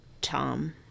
Tom